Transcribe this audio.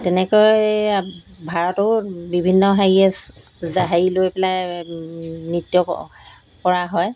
তেনেকৈ ভাৰতো বিভিন্ন হেৰিয়ে হেৰি লৈ পেলাই নৃত্য ক কৰা হয়